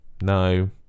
no